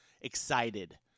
excited